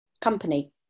company